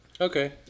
Okay